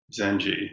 Zenji